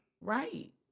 Right